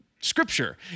Scripture